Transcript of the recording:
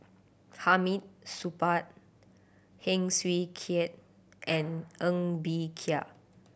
Hamid Supaat Heng Swee Keat and Ng Bee Kia